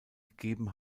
gegeben